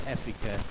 Africa